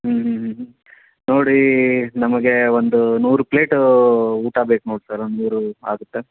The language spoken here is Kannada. ಹ್ಞೂ ಹ್ಞೂ ಹ್ಞೂ ನೋಡಿ ನಮಗೆ ಒಂದು ನೂರು ಪ್ಲೇಟ್ ಊಟ ಬೇಕು ನೋಡಿ ಸರ್ ಒಂದು ನೂರು ಆಗುತ್ತಾ